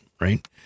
Right